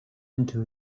into